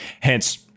Hence